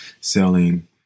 selling